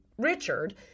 Richard